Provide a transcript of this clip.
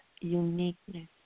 uniqueness